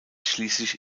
schließlich